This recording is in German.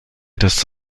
des